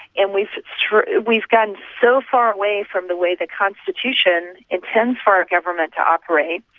and we've we've gotten so far away from the way the constitution intends for our government to operate.